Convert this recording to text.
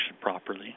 properly